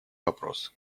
вопрос